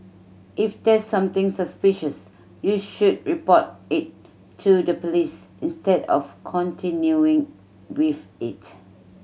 if there's something suspicious you should report it to the police instead of continuing with it